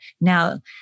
now